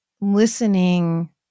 listening